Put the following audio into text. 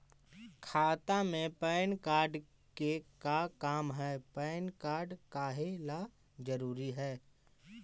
खाता में PAN card के का काम है पैन कार्ड काहे ला जरूरी है?